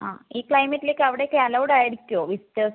ഈ ക്ലൈമറ്റിലൊക്കെ അവിടെ ഒക്കെ അലോവ്ഡ് ആയിരിക്കുമോ വിസിറ്റെർസ്